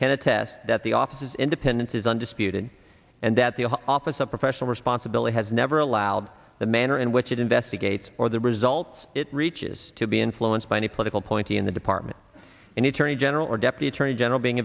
can attest that the office's independence is undisputed and that the office of professional responsibility has never allowed the manner in which it investigates or the results it reaches to be influenced by a new political point in the department and attorney general or deputy attorney general being